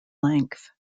length